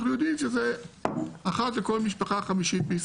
אנחנו יודעים שזה אחת לכל חמש משפחות בישראל.